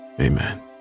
Amen